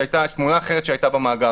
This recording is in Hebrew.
שהיתה תמונה אחרת שהיתה במאגר.